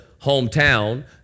hometown